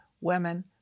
women